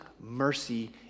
mercy